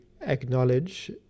acknowledge